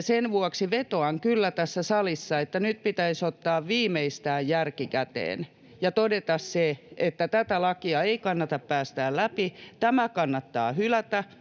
Sen vuoksi vetoan kyllä tässä salissa, että nyt pitäisi ottaa viimeistään järki käteen ja todeta se, että tätä lakia ei kannata päästää läpi. Tämä laki kannattaa hylätä